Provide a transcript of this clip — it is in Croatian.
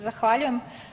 Zahvaljujem.